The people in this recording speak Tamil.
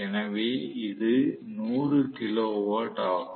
எனவே இது 100 கிலோ வாட் ஆகும்